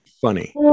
funny